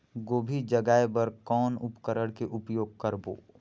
गोभी जगाय बर कौन उपकरण के उपयोग करबो?